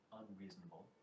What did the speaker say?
unreasonable